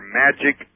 magic